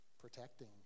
protecting